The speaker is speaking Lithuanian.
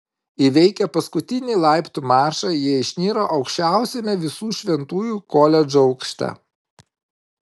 įveikę paskutinį laiptų maršą jie išniro aukščiausiame visų šventųjų koledžo aukšte